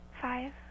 Five